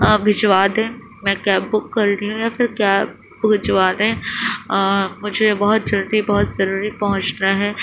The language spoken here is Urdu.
بھجوا دیں میں کیب بک کر رہی ہوں یا پھر کیب بھجوا دیں مجھے بہت جلدی بہت ضروری پہنچنا ہے